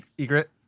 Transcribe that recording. egret